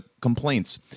complaints